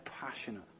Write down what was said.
passionate